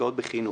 השקעות בחינוך,